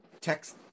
text